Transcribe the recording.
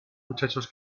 muchachos